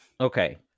Okay